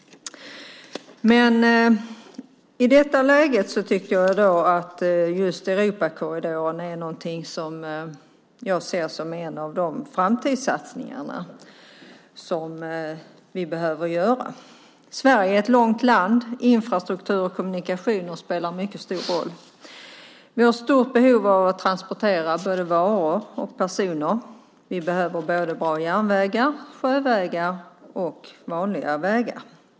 Men i detta läge ser jag just Europakorridoren som en av de framtidssatsningar som vi behöver göra. Sverige är ett långt land, och infrastruktur och kommunikationer spelar en mycket stor roll. Vi har ett stort behov av att transportera både varor och personer. Vi behöver både bra järnvägar, sjövägar och vanliga vägar.